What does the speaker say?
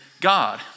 God